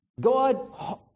God